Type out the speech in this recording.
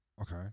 okay